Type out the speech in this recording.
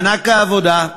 מענק העבודה,